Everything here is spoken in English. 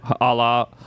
Allah